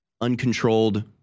uncontrolled